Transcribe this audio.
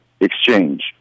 exchange